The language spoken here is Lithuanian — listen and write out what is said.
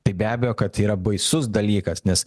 tai be abejo kad yra baisus dalykas nes